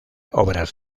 obras